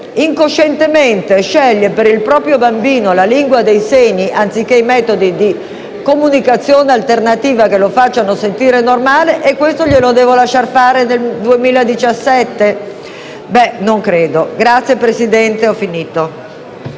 incoscientemente sceglie per il proprio bambino la lingua dei segni anziché i metodi di comunicazione alternativa che lo facciano sentire normale? E questo glielo devo lasciar fare nel 2017? Non credo. *(Applausi del senatore